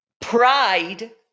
pride